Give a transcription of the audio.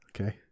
okay